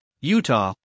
Utah